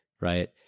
right